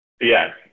yes